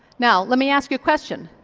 now, let me ask you a question,